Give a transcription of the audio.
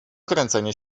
kręcenie